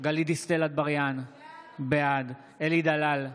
גלית דיסטל אטבריאן, בעד אלי דלל,